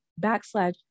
backslash